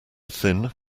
thin